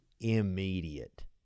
immediate